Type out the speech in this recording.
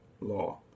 law